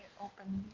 open